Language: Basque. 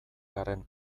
garren